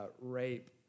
rape